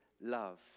love